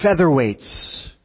featherweights